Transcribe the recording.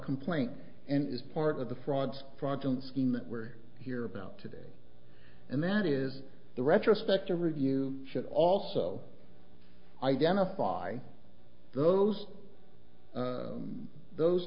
complaint and is part of the frauds fraudulent scheme where here about today and that is the retrospective review should also identify those those